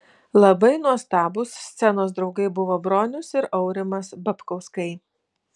labai nuostabūs scenos draugai buvo bronius ir aurimas babkauskai